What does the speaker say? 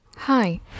Hi